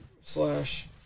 slash